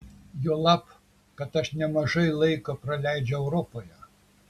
juolab kad aš nemažai laiko praleidžiu europoje